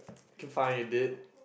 k fine you did